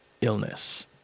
illness